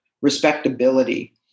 respectability